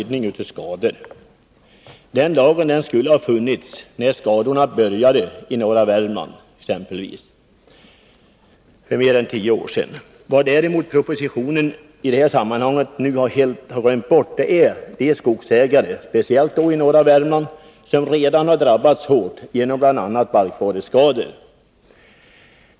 Detta skogsskadekonto skulle ha funnits när skadorna började i norra Värmland för mer än tio år sedan. Vad som i propositionen däremot helt har glömts bort är de skogsägare — speciellt i norra Värmland — vilkas skogar redan har drabbats hårt genom bl.a. barkborreskador.